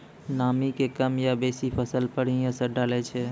नामी के कम या बेसी फसल पर की असर डाले छै?